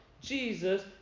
Jesus